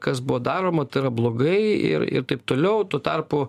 kas buvo daroma tai yra blogai ir ir taip toliau tuo tarpu